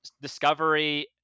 Discovery